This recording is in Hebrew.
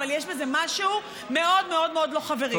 אבל יש בזה משהו מאוד מאוד מאוד לא חברי,